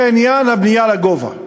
העניין השני זה עניין הבנייה לגובה.